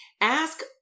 ask